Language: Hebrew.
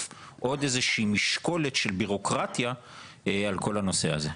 עוד איזה שהיא משקולת של בירוקרטיה על כל הנושא הזה.